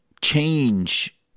change